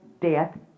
death